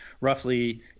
roughly